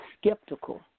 skeptical